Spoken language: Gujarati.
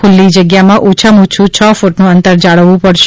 ખુલ્લી જગ્યામાં ઓછામાં ઓછું છ ક્રૂટનું અંતર જાળવવું પડશે